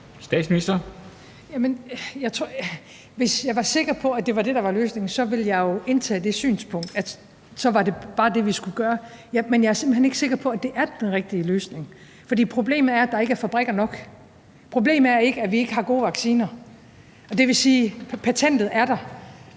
Frederiksen): Hvis jeg var sikker på, at det er det, der er løsningen, ville jeg jo indtage det synspunkt, at det bare var det, vi skulle gøre. Men jeg er simpelt hen ikke sikker på, at det er den rigtige løsning, for problemet er, at der ikke er fabrikker nok. Problemet er ikke, at vi ikke har gode vacciner. Det vil sige, at patentet er der,